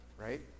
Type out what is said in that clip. right